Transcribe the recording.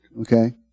okay